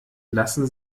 lassen